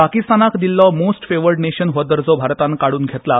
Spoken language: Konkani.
पाकिस्तानाक दिल्लो मोस्ट फेवर्ड नेशन हो दर्जो भारतान काडून घेतला